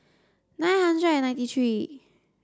nine hundred and ninety three